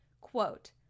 Quote